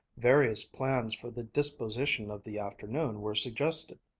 various plans for the disposition of the afternoon were suggested.